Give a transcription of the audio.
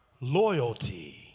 loyalty